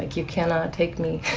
you cannot take me,